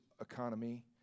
economy